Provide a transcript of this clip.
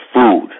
food